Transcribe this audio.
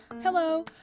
Hello